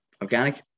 organic